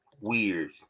weird